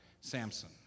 Samson